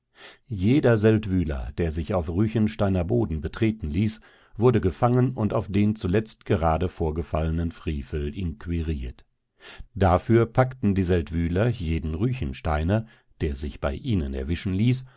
jeder seldwyler der sich auf ruechensteiner boden betreten ließ wurde gefangen und auf den zuletzt gerade vorgefallenen frevel inquiriert dafür packten die seldwyler jeden ruechensteiner der sich bei ihnen erwischen ließ